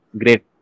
great